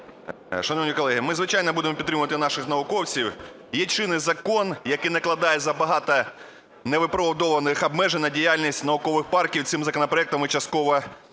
Шановні колеги, ми звичайно, будемо підтримувати наших науковців. Є чинний закон, який накладає забагато невиправданих обмежень на діяльність наукових парків і цим законопроектом ми частково